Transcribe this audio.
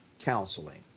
counseling